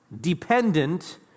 dependent